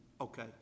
Okay